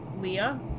Leah